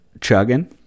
chugging